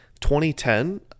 2010